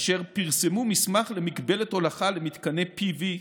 אשר פרסמו מסמך למגבלת הולכה למתקני PV,